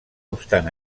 obstant